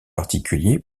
particulier